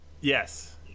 Yes